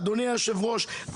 אדוני היושב-ראש,